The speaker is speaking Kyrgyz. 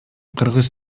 кыргыз